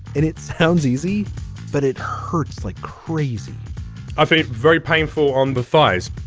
and it sounds easy but it hurts like crazy i feel very painful on the thighs.